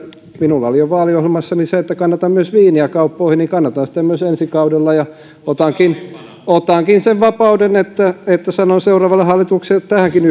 minulla oli jo vaaliohjelmassani se että kannatan myös viiniä kauppoihin ja kannatan sitä myös ensi kaudella otankin otankin sen vapauden että että sanon seuraavalle hallitukselle tähänkin